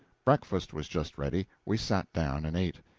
breakfast was just ready we sat down and ate